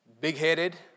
big-headed